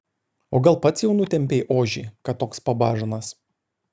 o gal pats jau nutempei ožį kad toks pabažnas